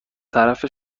طرف